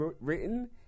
written